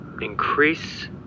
increase